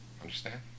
understand